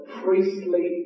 priestly